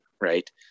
right